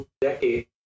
decade